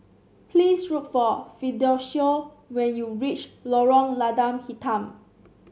please look for Fidencio when you reach Lorong Lada Hitam